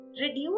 reduce